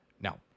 Now